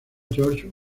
george